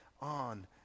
on